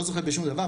לא זוכר בשום דבר,